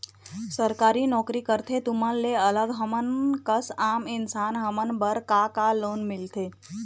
सरकारी नोकरी करथे तुमन ले अलग हमर कस आम इंसान हमन बर का का लोन मिलथे?